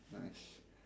nice